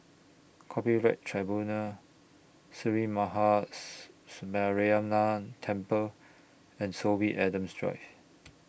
Copyright Tribunal Sree Maha Mariamman Temple and Sorby Adams Drive